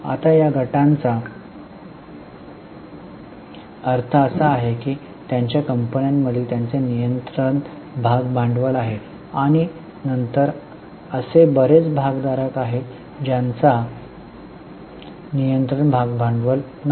आता या गटांचा अर्थ असा आहे की त्यांच्या कंपन्यांमधील त्यांचे नियंत्रण भाग भांडवल आहे आणि नंतर असे बरेच भागधारक आहेत ज्यांचा नियंत्रण भाग भांडवल नाही